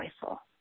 joyful